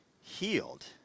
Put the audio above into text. healed